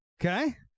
Okay